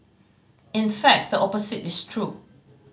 in fact the opposite is true